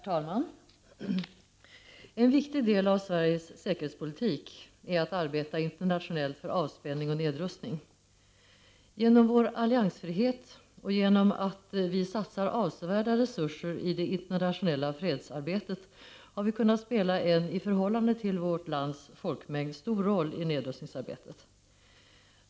Herr talman! En viktig del av Sveriges säkerhetspolitik är att arbeta internationellt för avspänning och nedrustning. Genom vår alliansfrihet och genom att vi satsar avsevärda resurser i det internationella fredsarbetet har vi kunnat spela en i förhållande till vårt lands folkmängd stor roll i nedrustningsarbetet.